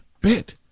bit